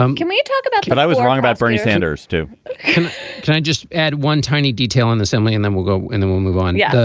um can we talk about. but i was wrong about bernie sanders, too can i just add one tiny detail in the assembly and then we'll go and then we'll move on? yeah,